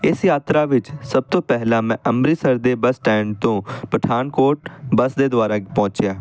ਇਸ ਯਾਤਰਾ ਵਿੱਚ ਸਭ ਤੋਂ ਪਹਿਲਾਂ ਮੈਂ ਅੰਮ੍ਰਿਤਸਰ ਦੇ ਬਸ ਸਟੈਂਡ ਤੋਂ ਪਠਾਨਕੋਟ ਬੱਸ ਦੇ ਦੁਆਰਾ ਪਹੁੰਚਿਆ